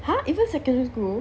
!huh! even secondary school